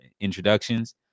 introductions